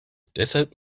deshalb